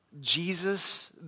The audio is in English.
Jesus